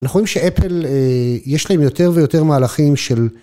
אנחנו רואים שאפל יש להם יותר ויותר מהלכים של...